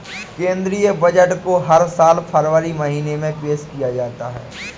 केंद्रीय बजट को हर साल फरवरी महीने में पेश किया जाता है